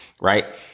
right